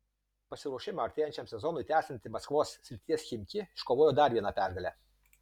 pasiruošimą artėjančiam sezonui tęsianti maskvos srities chimki iškovojo dar vieną pergalę